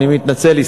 אני מתנצל,